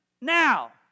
now